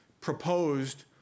proposed